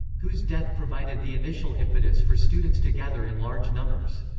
hu's death provided the initial impetus for students to gather in large numbers.